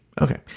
okay